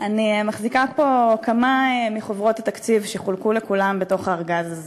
אני מחזיקה פה כמה מחוברות התקציב שחולקו לכולם בתוך הארגז הזה.